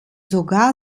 sogar